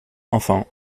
enfin